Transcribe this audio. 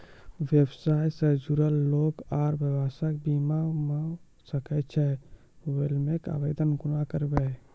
व्यवसाय सॅ जुड़ल लोक आर व्यवसायक बीमा भऽ सकैत छै? क्लेमक आवेदन कुना करवै?